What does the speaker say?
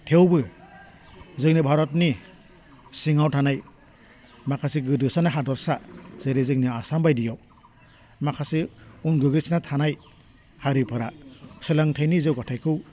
थेवबो जोंनि भारतनि सिङाव थानाय माखासे गोदोसोनाय हादरसा जेरै जोंनि आसाम बायदियाव माखासे उन गोग्लैसोना थानाय हारिफोरा सोलोंथाइनि जौगाथायखौ